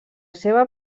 seva